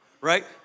right